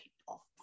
people